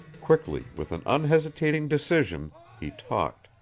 quickly, with an unhesitating decision, he talked,